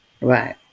Right